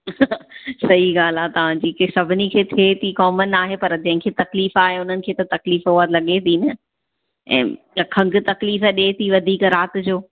सही ॻाल्हि आहे तव्हांजी की सभिनी खे थिए थी कॉमन आहे पर जंहिंखे तकलीफ़ आहे उन्हनि खे तकलीफ़ हूअ लॻे थी न ऐं खंङ तकलीफ़ डिए थी वधीक राति जो